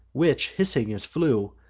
which, hissing as flew,